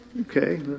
Okay